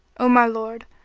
o my lord!